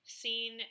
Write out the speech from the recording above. seen